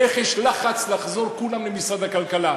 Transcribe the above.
איך יש לחץ של כולם לחזור למשרד הכלכלה.